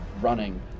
running